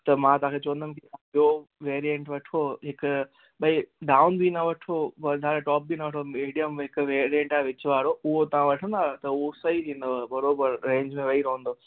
त मां तव्हांखे चवंदुमि की ॿियों वैरीअंट वठो हिक भई डाऊन बि न वठो वधारे टॉप बि न वठो मीडियम हिक वैरीअंट आहे विचवारो उहो तव्हां वठंदा त उहो सई थींदव बराबरि रेंज में वेई रहंदव